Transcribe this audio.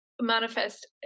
Manifest